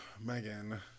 Megan